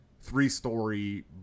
three-story